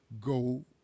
Go